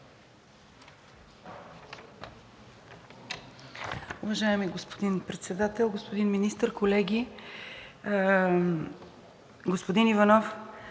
Уважаеми господин Председател, господин Министър, колеги! Господин Иванов,